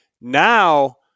now